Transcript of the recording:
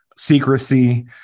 secrecy